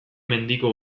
mendiko